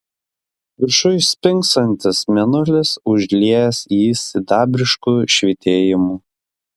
viršuj spingsantis mėnulis užliejęs jį sidabrišku švytėjimu